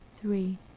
three